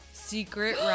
Secret